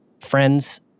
friends